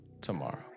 tomorrow